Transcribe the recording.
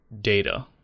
data